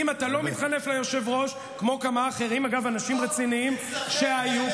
כי אתה קיבלת אפס קולות בבחירות המקדימות של יש עתיד,